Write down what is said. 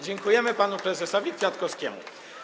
Dziękujemy panu prezesowi Kwiatkowskiemu.